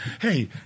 Hey